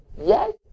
yes